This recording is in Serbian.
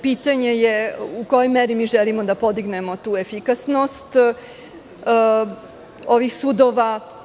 Pitanje je u kojoj meri mi želimo da podignemo tu efikasnost ovih sudova?